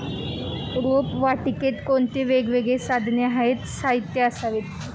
रोपवाटिकेत कोणती वेगवेगळी साधने आणि साहित्य असावीत?